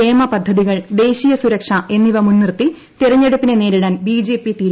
ക്ഷേമപദ്ധതികൾ ദേശീയ സുരക്ഷ എന്നിവ മുൻനിർത്തി തെരഞ്ഞെടുപ്പിനെ നേരിടാൻ ബിജെപി തീരുമാനം